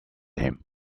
him